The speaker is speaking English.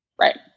right